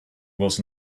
was